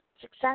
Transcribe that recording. Success